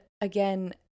again